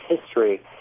history